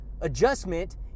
adjustment